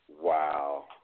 Wow